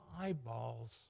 eyeballs